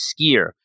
skier